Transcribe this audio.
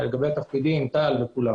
לקטינים.